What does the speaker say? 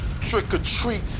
Trick-or-treat